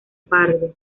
pardo